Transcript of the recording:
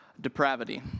depravity